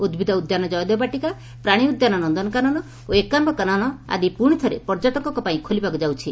ଉଭିଦ ଉଦ୍ୟାନ କୟଦେବ ବାଟିକା ପ୍ରାଶୀ ଉଦ୍ୟାନ ନନକାନନ ଓ ଏକାମ୍ର କାନନ ଆଦି ପୁଶି ଥରେ ପର୍ଯ୍ୟଟକଙ୍କ ପାଇଁ ଖୋଲିବାକୁ ଯାଉଛି